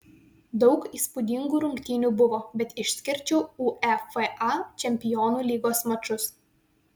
daug įspūdingų rungtynių buvo bet išskirčiau uefa čempionų lygos mačus